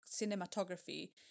cinematography